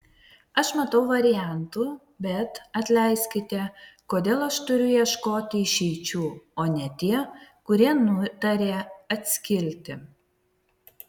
aš matau variantų bet atleiskite kodėl aš turiu ieškoti išeičių o ne tie kurie nutarė atskilti